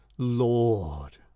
Lord